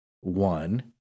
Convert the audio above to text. One